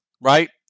right